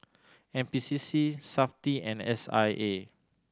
N P C C Safti and S I A